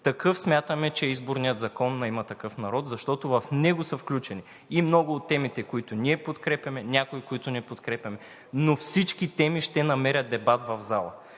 Такъв смятаме, че е Изборният закон на „Има такъв народ“, защото в него са включени и много от темите, които ние подкрепяме, някои, които не подкрепяме, но всички теми ще намерят дебат в залата.